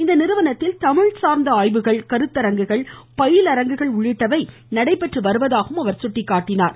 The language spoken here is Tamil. இந்நிறுவனத்தில் தமிழ் சார்ந்த ஆய்வுகள் கருத்தரங்குகள் பயிலரங்குகள் உள்ளிட்டவை நடைபெற்றுவருவதாகவும் தெரிவித்தார்